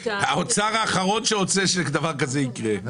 האחרון שרוצה שדבר כזה יקרה,